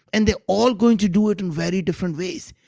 and they're all going to do it in very different ways.